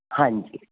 ਹਾਂਜੀ